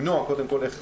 קודם כול איך למנוע,